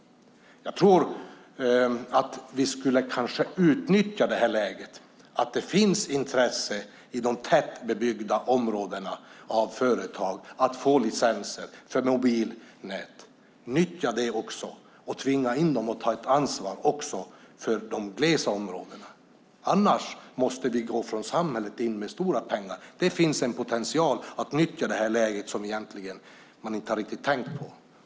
Jag tror att vi kanske borde utnyttja det faktum att det från företagen finns intresse av att få licenser för mobilnät i de tättbebyggda områdena. Nyttja det, och tvinga dem att ta ett ansvar också för de glesa områdena! Annars måste samhället gå in med stora pengar. Det finns en potential att nyttja detta läge som man egentligen inte har tänkt på.